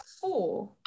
four